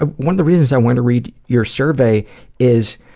ah one of the reasons i wanted to read your survey is,